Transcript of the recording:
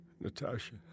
Natasha